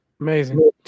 Amazing